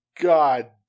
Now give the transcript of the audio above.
God